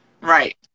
Right